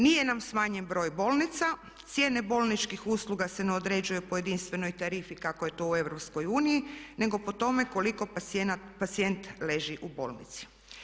Nije nam smanjen broj bolnica, cijene bolničkih usluga se ne određuje po jedinstvenoj tarifi kako je to u EU, nego po tome koliko pacijent leži u bolnici.